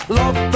love